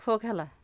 ফো খেলা